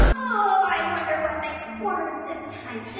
i wonder what they ordered this time?